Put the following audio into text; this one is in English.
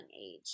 age